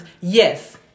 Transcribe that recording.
yes